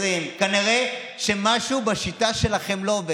20. כנראה שמשהו בשיטה שלכם לא עובד.